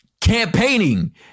campaigning